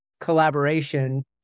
collaboration